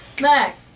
Mac